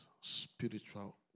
spiritual